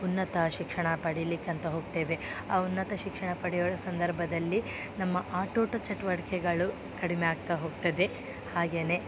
ಉನ್ನತ ಶಿಕ್ಷಣ ಪಡಿಲಿಕ್ಕಂತ ಹೋಗ್ತೇವೆ ಆ ಉನ್ನತ ಶಿಕ್ಷಣ ಪಡೆಯುವ ಸಂದರ್ಭದಲ್ಲಿ ನಮ್ಮ ಆಟೋಟ ಚಟುವಟಿಕೆಗಳು ಕಡಿಮೆ ಆಗ್ತಾ ಹೋಗ್ತದೆ ಹಾಗೆಯೇ